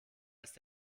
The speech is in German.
ist